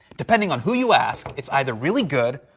depending on who you ask, it's either really good,